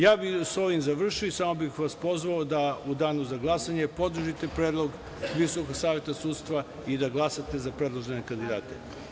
Ja bih sa ovim završio i samo bih vas pozvao da u danu za glasanje podržite predlog VSS i da glasate za predložene kandidate.